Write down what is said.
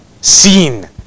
seen